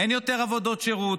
אין יותר עבודות שירות,